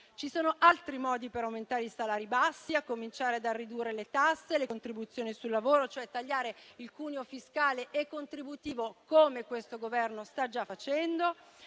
Ci sono altri modi per aumentare i salari bassi, a cominciare dalla riduzione delle tasse e delle contribuzioni sul lavoro, cioè tagliando il cuneo fiscale e contributivo, come questo Governo sta già facendo.